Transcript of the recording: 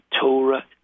Torah